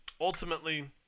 ultimately